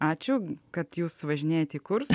ačiū kad jūs važinėjate kurs